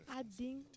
adding